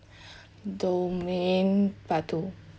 domain part two